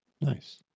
Nice